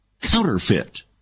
Counterfeit